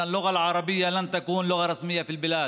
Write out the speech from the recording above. אלה העובדות.